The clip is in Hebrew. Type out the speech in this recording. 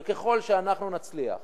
וככל שאנחנו נצליח